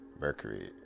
Mercury